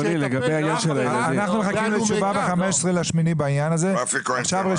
אנחנו מחכים לתשובה בעניין הזה שנקבל ב-15 באוגוסט.